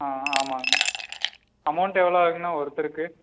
ஆ ஆமாம் அமௌன்ட் எவ்வளோ ஆகும்ண்ணா ஒருத்தருக்கு